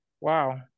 Wow